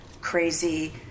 crazy